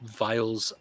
vials